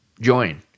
join